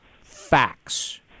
facts